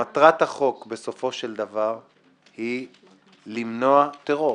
שמטרת החוק בסופו של דבר היא למנוע טרור.